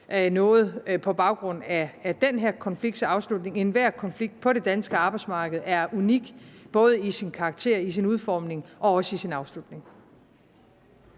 noget på baggrund af den her konflikts afslutning. Enhver konflikt på det danske arbejdsmarked er unik både i sin karakter, i sin udformning og også i sin afslutning.